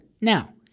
Now